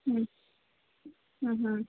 ಹ್ಞೂ ಹ್ಞೂ ಹ್ಞೂ